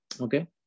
Okay